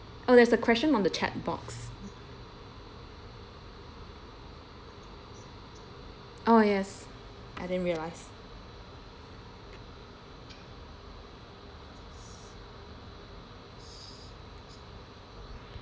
oh there's a question on the chat box oh yes I didn't realise